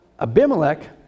Abimelech